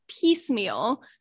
piecemeal